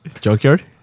Junkyard